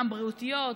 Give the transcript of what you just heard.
גם בריאותיות,